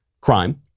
crime